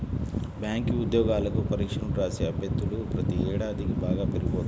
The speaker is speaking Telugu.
బ్యాంకు ఉద్యోగాలకు పరీక్షలను రాసే అభ్యర్థులు ప్రతి ఏడాదికీ బాగా పెరిగిపోతున్నారు